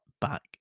back